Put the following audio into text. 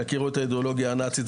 יכירו את האידאולוגיה הנאצית.